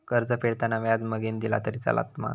कर्ज फेडताना व्याज मगेन दिला तरी चलात मा?